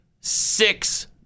six